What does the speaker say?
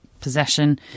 possession